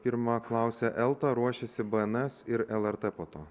pirma klausia elta ruošiasi bns ir lrt po to